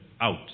out